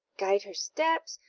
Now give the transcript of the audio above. guide her steps,